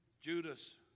Judas